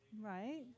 right